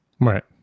Right